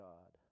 God